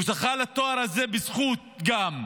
הוא זכה לתואר הזה בזכות גם,